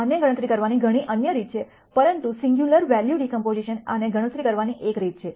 આને ગણતરી કરવાની ઘણી અન્ય રીતો છે પરંતુ સિંગગ્યલર વૅલ્યૂ ડિકોમ્પોઝિશન આને ગણતરી કરવાની એક રીત છે